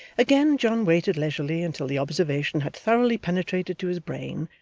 again john waited leisurely until the observation had thoroughly penetrated to his brain,